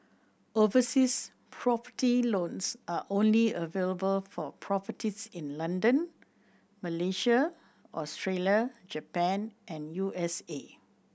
overseas property loans are only available for properties in London Malaysia Australia Japan and U S A